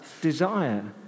desire